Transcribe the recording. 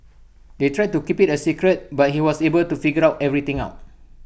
they tried to keep IT A secret but he was able to figure everything out